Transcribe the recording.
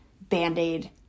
band-aid